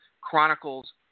chronicles